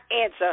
answer